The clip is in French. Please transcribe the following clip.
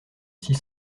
six